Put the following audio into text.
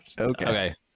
Okay